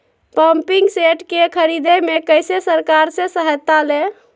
Pumping set के ख़रीदे मे कैसे सरकार से सहायता ले?